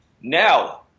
Now